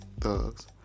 thugs